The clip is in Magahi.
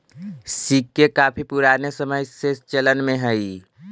सिक्के काफी पूराने समय से चलन में हई